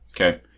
okay